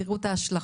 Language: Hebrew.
תראו את ההשלכות,